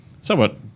somewhat